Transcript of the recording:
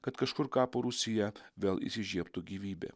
kad kažkur kapo rūsyje vėl įsižiebtų gyvybė